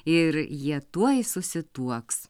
ir jie tuoj susituoks